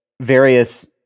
various